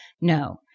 No